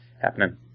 happening